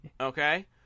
okay